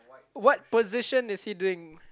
what position is he doing